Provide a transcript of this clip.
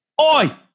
Oi